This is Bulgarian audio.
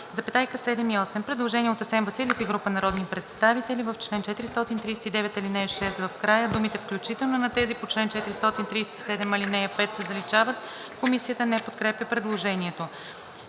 и „в“, 7 и 8“.“ Предложение от Асен Василев и група народни представители: „В чл. 439, ал. 6 в края думите „включително на тези по чл. 437, ал. 5“ се заличават.“ Комисията не подкрепя предложението.